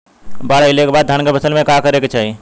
बाढ़ आइले के बाद धान के फसल में का करे के चाही?